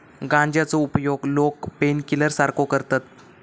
गांजाचो उपयोग लोका पेनकिलर सारखो करतत